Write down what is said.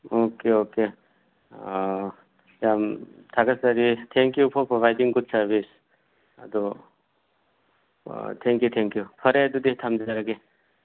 okay okay ꯌꯥꯝ ꯊꯥꯒꯠꯆꯔꯤ thank you for providing good service ꯑꯗꯨ ꯊꯦꯡꯛ ꯌꯨ ꯊꯦꯡꯛ ꯌꯨ ꯐꯔꯦ ꯑꯗꯨꯗꯤ ꯊꯝꯖꯔꯒꯦ